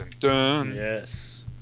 Yes